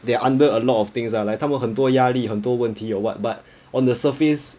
they are under a lot of things lah like 他们很多压力很多问题 or what but on the surface